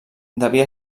devia